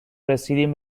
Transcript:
رسیدیم